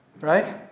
Right